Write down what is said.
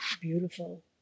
beautiful